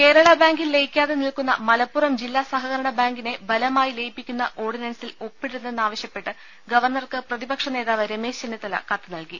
കേരളബാങ്കിൽ ലയിക്കാതെ നിൽക്കുന്ന മലപ്പുറം ജില്ലാ സഹകരണ ബാങ്കിനെ ബലമായി ലയിപ്പിക്കുന്ന ഓർഡി നൻസിൽ ഒപ്പിടരുതെന്നാവശ്യപ്പെട്ട് ഗവർണർക്ക് പ്രതിപക്ഷ നേതാവ് രമേശ് ചെന്നിത്തല കത്ത് നൽകി